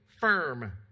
firm